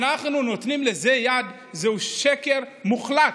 שאנחנו נותנים לזה יד זהו שקר מוחלט.